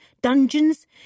dungeons